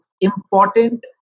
important